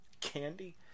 candy